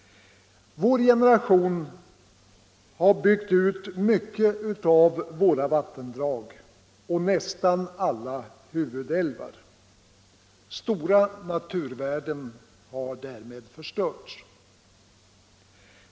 Vår generation har byggt ut mycket av våra vattendrag och nästan alla huvudälvar. Stora naturvärden har därmed förstörts.